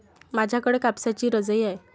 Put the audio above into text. माझ्याकडे कापसाची रजाई आहे